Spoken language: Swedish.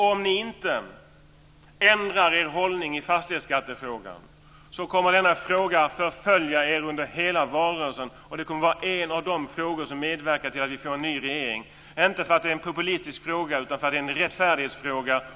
Om ni inte ändrar er hållning i fastighetsskattefrågan så kommer denna fråga att förfölja er under hela valrörelsen, och den kommer att vara en av de frågor som medverkar till att vi får en ny regering - inte för att det är en populistisk fråga utan för att det är en rättfärdighetsfråga.